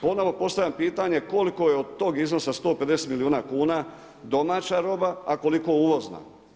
Ponovno postavljam pitanje koliko je od tog iznosa 150 milijuna kuna domaća roba a koliko uvozna?